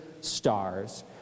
stars